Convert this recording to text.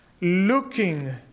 looking